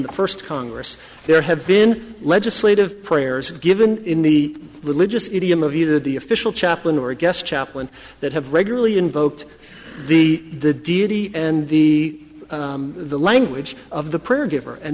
the first congress there have been legislative prayers given in the religious idiom of either the official chaplain or a guest chaplain that have regularly invoked the the deity and the the language of the